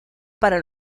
para